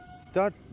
Start